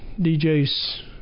DJ's